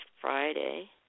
Friday